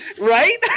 right